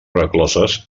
rescloses